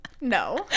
No